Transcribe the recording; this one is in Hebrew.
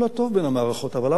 אבל למה צריך להגיע לשעת חירום,